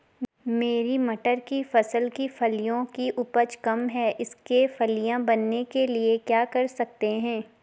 मेरी मटर की फसल की फलियों की उपज कम है इसके फलियां बनने के लिए क्या कर सकते हैं?